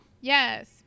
yes